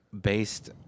based